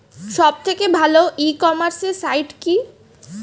সব থেকে ভালো ই কমার্সে সাইট কী?